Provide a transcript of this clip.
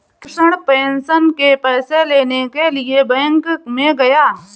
Krishna pension के पैसे लेने के लिए बैंक में गया